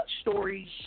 stories